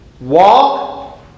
Walk